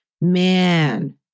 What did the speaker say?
man